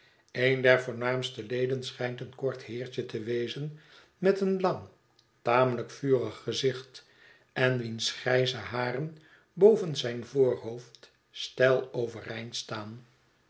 een der voornaamste leden schijnt een kort heertjete wezen met een lang tamelijk vurig gezicht en wiens grijze haren boven zijn voorhoofd steil overeindstaan